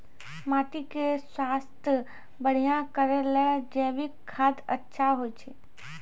माटी के स्वास्थ्य बढ़िया करै ले जैविक खाद अच्छा होय छै?